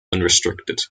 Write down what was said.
unrestricted